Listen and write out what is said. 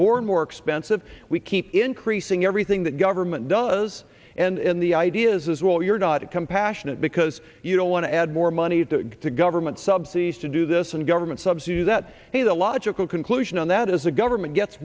more and more expensive we keep increasing everything that government does and the ideas as well you're not a compassionate because you don't want to add more money to government subsidies to do this and government subsidy that he the logical conclusion on that is a government gets